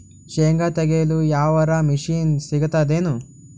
ಶೇಂಗಾ ತೆಗೆಯಲು ಯಾವರ ಮಷಿನ್ ಸಿಗತೆದೇನು?